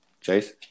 Chase